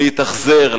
להתאכזר,